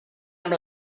amb